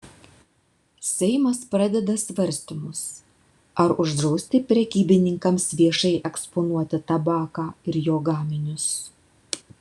seimas pradeda svarstymus ar uždrausti prekybininkams viešai eksponuoti tabaką ir jo gaminius